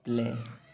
play